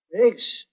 Thanks